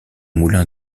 moulin